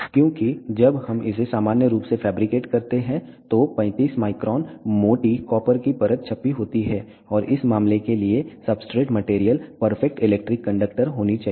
क्योंकि जब हम इसे सामान्य रूप से फैब्रिकेट करते हैं तो 35 μ मोटी कॉपर की परत छपी होती है और इस मामले के लिए substrate material perfect electric conductor होनी चाहिए